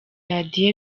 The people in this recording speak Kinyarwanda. radiyo